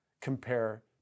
compare